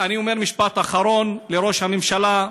אני אומר משפט אחרון לראש הממשלה: